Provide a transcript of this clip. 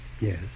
Yes